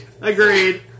Agreed